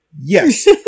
Yes